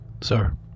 sir